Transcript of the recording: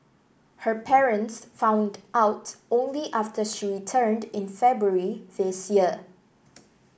her parents found out only after she returned in February this year